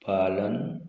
पालन